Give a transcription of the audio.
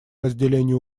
разделению